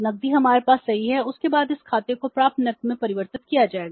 नकदी हमारे पास सही है उसके बाद इस खाते को प्राप्य नकद में परिवर्तित किया जाएगा